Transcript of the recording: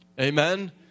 Amen